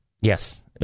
Yes